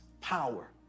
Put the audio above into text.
power